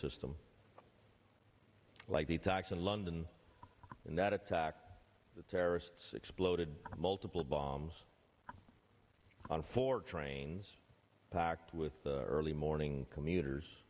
system like the tax in london and that attack the terrorists exploded multiple bombs on four trains packed with the early morning commuters